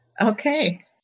Okay